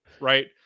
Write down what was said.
Right